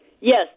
Yes